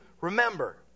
remember